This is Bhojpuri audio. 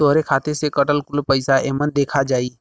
तोहरे खाते से कटल कुल पइसा एमन देखा जाई